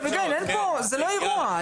אביגיל, זה לא אירוע.